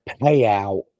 payout